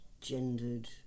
gendered